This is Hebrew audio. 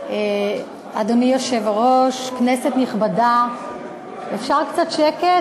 אדוני היושב-ראש, כנסת נכבדה, אפשר קצת שקט?